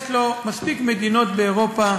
יש לו מספיק מדינות באירופה